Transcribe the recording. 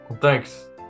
thanks